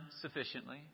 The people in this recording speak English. sufficiently